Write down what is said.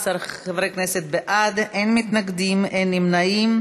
13 חברי כנסת בעד, אין מתנגדים ואין נמנעים.